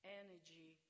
energy